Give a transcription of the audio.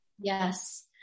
Yes